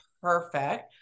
perfect